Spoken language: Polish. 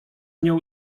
nią